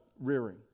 rearing